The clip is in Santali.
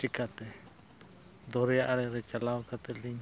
ᱪᱤᱠᱟᱛᱮ ᱫᱚᱨᱭᱟ ᱟᱲᱮ ᱨᱮ ᱪᱟᱞᱟᱣ ᱠᱟᱛᱮ ᱞᱤᱧ